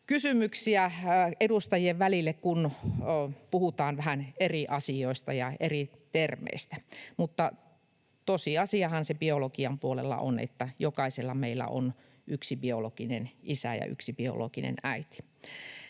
kiistakysymyksiä edustajien välille, kun puhutaan vähän eri asioista ja eri termeistä. Mutta tosiasiahan se biologian puolella on, että jokaisella meillä on yksi biologinen isä ja yksi biologinen äiti.